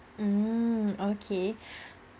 mm okay